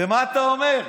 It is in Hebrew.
ומה אתה אומר?